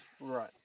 right